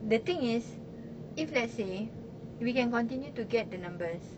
the thing is if let's say we can continue to get the numbers